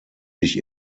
sich